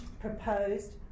proposed